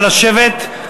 נא לשבת.